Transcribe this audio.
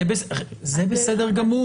זה בסדר גמור.